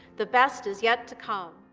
the best is yet to come.